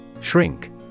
Shrink